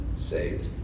saved